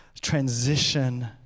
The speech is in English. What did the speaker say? transition